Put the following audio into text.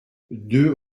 deux